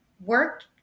work